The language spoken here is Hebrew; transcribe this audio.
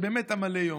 שהם באמת עמלי יום.